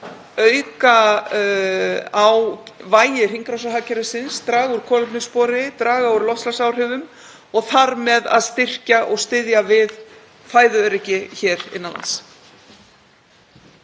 auka á vægi hringrásarhagkerfisins, draga úr kolefnisspori, draga úr loftslagsáhrifum og þar með að styrkja og styðja við fæðuöryggi hér innan lands.